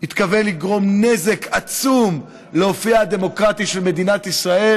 הוא התכוון לגרום נזק עצום לאופייה הדמוקרטי של מדינת ישראל,